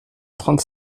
trente